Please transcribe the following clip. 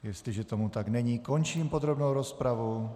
Jestliže tomu tak není, končím podrobnou rozpravu.